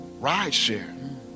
Rideshare